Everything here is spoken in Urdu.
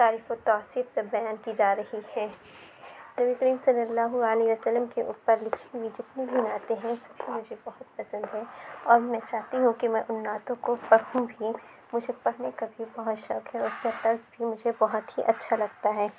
تعریف و توصیف سب بیان کی جا رہی ہے نبی کریم صلی اللہ آلہِ وسلم کے اوپر لکھی ہوئی جتنی بھی نعتیں ہیں وہ مجھے بہت پسند ہیں اور میں چاہتی ہوں کہ میں ان نعتوں کو پڑھوں بھی مجھے پڑھنے کا بھی بہت شوق ہے اور اس کا طرز بھی مجھے بہت ہی اچھا لگتا ہے